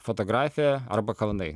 fotografija arba kalnai